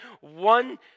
one